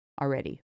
already